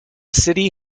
city